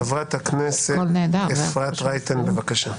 חברת הכנסת אפרת רייטן, בבקשה.